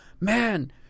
man